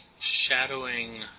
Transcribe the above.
Shadowing